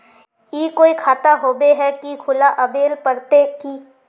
ई कोई खाता होबे है की खुला आबेल पड़ते की?